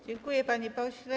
Dziękuję, panie pośle.